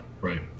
right